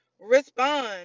respond